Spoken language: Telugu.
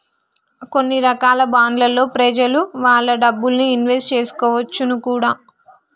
కొన్ని రకాల బాండ్లలో ప్రెజలు వాళ్ళ డబ్బుల్ని ఇన్వెస్ట్ చేసుకోవచ్చును కూడా